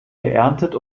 geerntet